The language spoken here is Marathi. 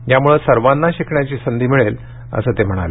यामुळे सर्वांना शिकण्याची संधी मिळेल असं ते म्हणाले